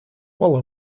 waller